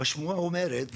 השמועה אומרת